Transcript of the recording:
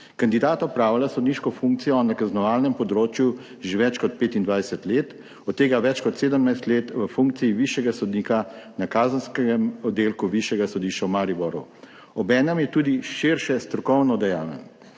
Kandidat opravlja sodniško funkcijo na kaznovalnem področju že več kot 25 let, od tega več kot 17 let v funkciji višjega sodnika na kazenskem oddelku Višjega sodišča v Mariboru. Obenem je tudi širše strokovno dejaven.